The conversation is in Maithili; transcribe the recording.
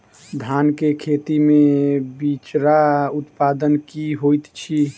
धान केँ खेती मे बिचरा उत्पादन की होइत छी?